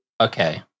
Okay